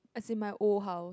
as in my old house